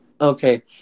Okay